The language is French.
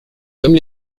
comme